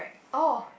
oh